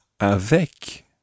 avec